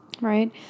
right